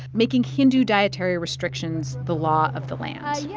making hindu dietary restrictions the law of the land. yeah